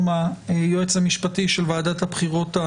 כל הנושא של דרכי התעמולה הוא מגבלה על חופש הביטוי,